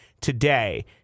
today